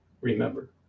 remember